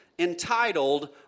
Entitled